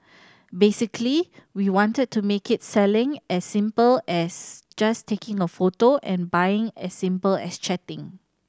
basically we wanted to make its selling as simple as just taking a photo and buying as simple as chatting